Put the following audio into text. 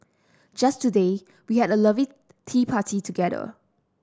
just today we had a lovely tea party together